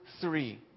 three